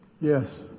Yes